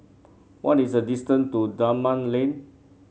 what is the distance to Dunman Lane